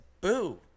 Boo